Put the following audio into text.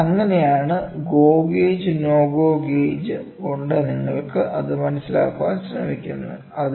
അതിനാൽ അങ്ങനെയാണ് "go gauge" "no go gauge" കൊണ്ട് നിങ്ങൾക്ക് അത് മനസിലാക്കാൻ ശ്രമിക്കുന്നത്